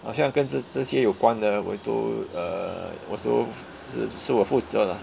好像跟这这些有关的我 have to err also 就是就是我负责 lah